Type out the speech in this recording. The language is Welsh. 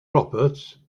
roberts